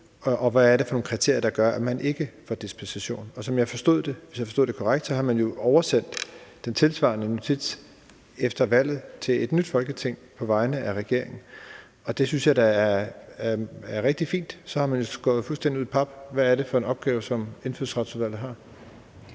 og hvad det er for nogle kriterier, der gør, at man ikke får dispensation. Som jeg forstod det, hvis jeg forstod det korrekt, har man oversendt den tilsvarende notits efter valget til et nyt Folketing på vegne af regeringen, og det synes jeg da er rigtig fint, for så har man skåret det fuldstændig ud i pap, hvad det er for en opgave, som Indfødsretsudvalget har.